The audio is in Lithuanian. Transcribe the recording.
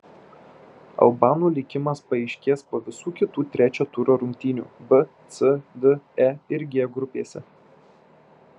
albanų likimas paaiškės po visų kitų trečio turo rungtynių b c d e ir g grupėse